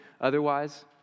otherwise